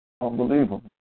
Unbelievable